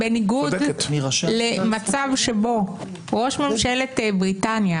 -- בניגוד למצב שבו ראש ממשלת בריטניה